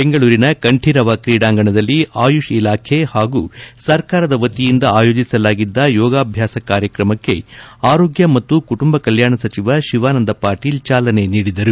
ಬೆಂಗಳೂರಿನ ಕಂಠೀರವ ಕ್ರೀಡಾಂಗಣದಲ್ಲಿ ಆಯುಷ್ ಇಲಾಖೆ ಹಾಗೂ ಸರ್ಕಾರದ ವತಿಯಿಂದ ಆಯೋಜಿಸಲಾಗಿದ್ದ ಯೋಗಾಭ್ಯಾಸ ಕಾರ್ಯಕ್ರಮಕ್ಕೆ ಆರೋಗ್ಯ ಮತ್ತು ಕುಟುಂಬ ಕಲ್ಕಾಣ ಸಚಿವ ಶಿವಾನಂದ ಪಾಟೀಲ್ ಚಾಲನೆ ನೀಡಿದರು